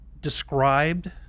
described